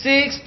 Six